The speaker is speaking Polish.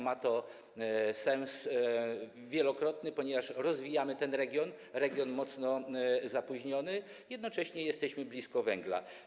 Ma to sens wielokrotny, ponieważ rozwijamy ten region, region mocno zapóźniony, jednocześnie jesteśmy blisko węgla.